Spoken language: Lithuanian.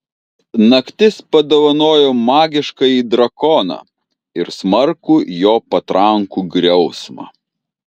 naktis padovanojo magiškąjį drakoną ir smarkų jo patrankų griausmą